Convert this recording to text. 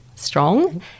strong